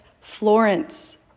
Florence